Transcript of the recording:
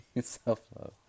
self-love